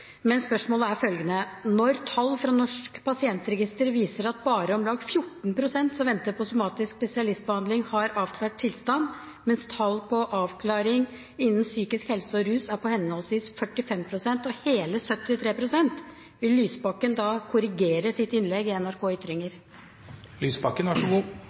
Men spørsmålet er følgende: Når tall fra Norsk pasientregister viser at bare om lag 14 pst. som venter på somatisk spesialistbehandling, har avklart tilstand, mens tall på avklaring innen psykisk helse og rus er på henholdsvis 45 pst. og hele 73 pst., vil Lysbakken da korrigere sitt innlegg i NRK ytring? For det første har også jeg god